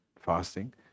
fasting